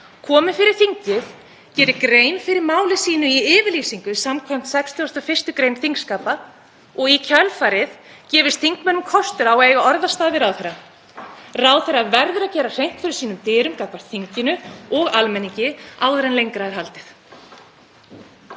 komi fyrir þingið, geri grein fyrir máli sínu í yfirlýsingu samkvæmt 61. gr. þingskapa og í kjölfarið gefist þingmönnum kostur á að eiga orðastað við ráðherra. Ráðherra verður að gera hreint fyrir sínum dyrum gagnvart þinginu og almenningi áður en lengra er haldið.